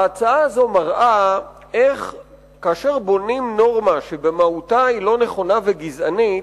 ההצעה הזאת מראה איך כאשר בונים נורמה שבמהותה היא אינה נכונה וגזענית,